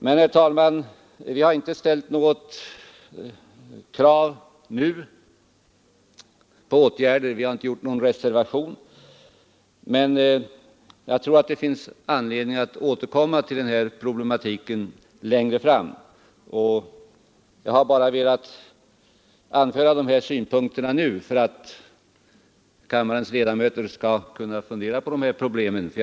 Vi har emellertid inte framfört några krav på åtgärder; vi har ingen reservation. Jag tror dock det finns anledning att återkomma till den här problematiken längre fram. Jag har velat anföra dessa synpunkter nu för att kammarens ledamöter skall få tillfälle att fundera på denna fråga.